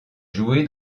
joué